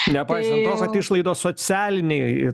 nepaisant tos vat išlaidos socialinei ir